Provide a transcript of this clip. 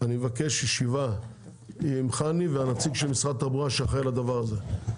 אני מבקש ישיבה עם חנ"י ועם הנציג של משרד התחבורה שאחראי על הדבר הזה.